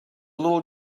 little